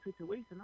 situation